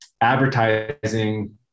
advertising